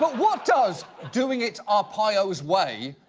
but what does, doing it arpaio's way,